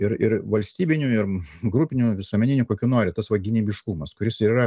ir ir valstybiniu ir grupiniu visuomeniniu kokiu nori tas va gynybiškumas kuris ir yra